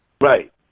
Right